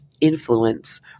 influence